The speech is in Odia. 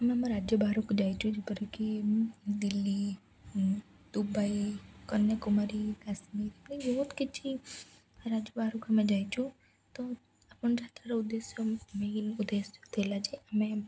ଆମେ ଆମ ରାଜ୍ୟ ବାହାରକୁ ଯାଇଛୁ ଯେପରିକି ଦିଲ୍ଲୀ ଦୁବାଇ କନ୍ୟାକୁମାରୀ କାଶ୍ମୀର୍ ବହୁତ କିଛି ରାଜ୍ୟ ବାହାରକୁ ଆମେ ଯାଇଛୁ ତ ଆପଣ ଯାତ୍ରାର ଉଦ୍ଦେଶ୍ୟ ମେନ୍ ଉଦ୍ଦେଶ୍ୟ ଥିଲା ଯେ ଆମେ